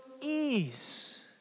ease